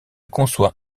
conçoit